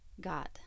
God